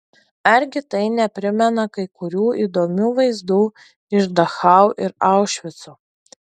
argi tai neprimena kai kurių įdomių vaizdų iš dachau ir aušvico